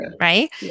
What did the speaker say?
right